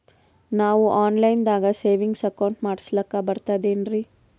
ನಾವು online ದಾಗ savings account ಮಾಡಸ್ಲಾಕ ಬರ್ತದೇನ್ರಿ?